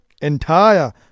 entire